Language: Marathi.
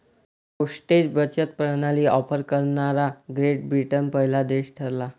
पोस्टेज बचत प्रणाली ऑफर करणारा ग्रेट ब्रिटन पहिला देश ठरला